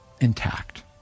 intact